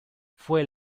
fue